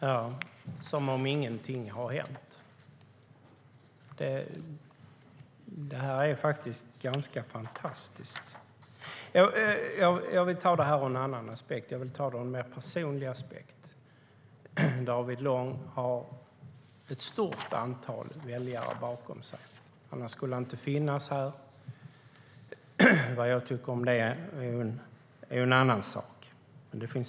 STYLEREF Kantrubrik \* MERGEFORMAT Skatt, tull och exekutionLåt mig ta det ur en annan, mer personlig, aspekt. David Lång har ett stort antal väljare bakom sig. Annars skulle han inte stå här. Vad jag tycker om det är en annan sak.